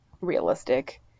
realistic